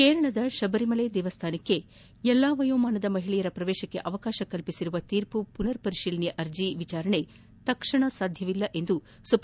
ಕೇರಳದ ಶಬರಿಮಲೆ ದೇವಸ್ಥಾನಕ್ಕೆ ಎಲ್ಲಾ ಮಯೋಮಾನದ ಮಹಿಳೆಯರ ಪ್ರವೇಶಕ್ಕೆ ಅವಕಾಶ ಕಲ್ಪಿಸಿರುವ ತೀರ್ಮ ಪುನರ್ ಪರಿಶೀಲನೆಯ ಅರ್ಜಿ ವಿಚಾರಣೆ ತಕ್ಷಣವೆ ಸಾಧ್ಯವಿಲ್ಲ ಎಂದು ಸುಪ್ರೀಂಕೋರ್ಟ್ ಸ್ಪಷ್ಟನೆ